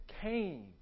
came